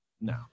no